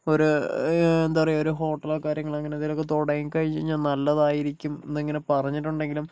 ഇപ്പോൾ ഒരു എന്താ പറയുക ഒരു ഹോട്ടലോ കാര്യങ്ങളോ അങ്ങനെയെന്തെങ്കിലും ഒക്കെ തുടങ്ങികഴിഞ്ഞാൽ നല്ലതായിരിക്കും എന്നിങ്ങനെ പറഞ്ഞിട്ടുണ്ടെങ്കിലും